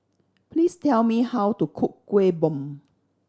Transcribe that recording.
please tell me how to cook Kuih Bom